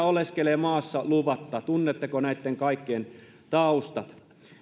oleskelee maassa luvatta tunnetteko näitten kaikkien taustat